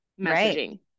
messaging